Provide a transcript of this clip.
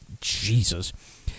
jesus